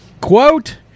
Quote